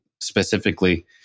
specifically